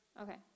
Okay